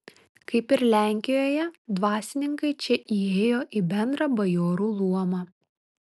kaip ir lenkijoje dvasininkai čia įėjo į bendrą bajorų luomą